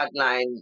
hardline